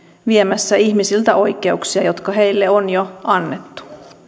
viemässä ihmisiltä oikeuksia jotka heille on jo annettu